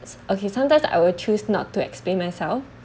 it's okay sometimes I will choose not to explain myself